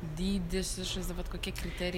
dydis išvaizda vat kokie kriterijai